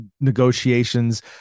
negotiations